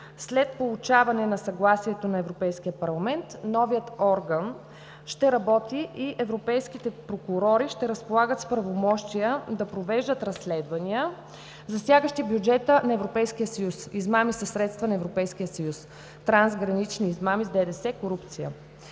След получаване на съгласието на Европейския парламент новият орган ще работи и европейските прокурори ще разполагат с правомощия да провеждат разследвания, засягащи бюджета на Европейския съюз – измами със средства на Европейския съюз, трансгранични измами с ДДС, корупция.